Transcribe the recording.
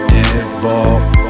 involved